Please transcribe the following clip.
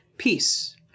Peace